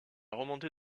remontée